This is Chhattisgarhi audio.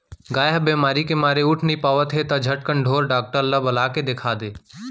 गाय ह बेमारी के मारे उठ नइ पावत हे त झटकन ढोर डॉक्टर ल बला के देखा दे